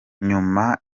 nyuma